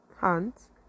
hands